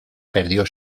perdió